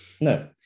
no